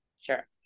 Sure